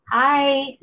Hi